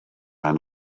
and